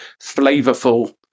flavorful